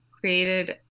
created